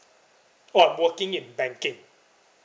oh I'm working in banking